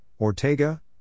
Ortega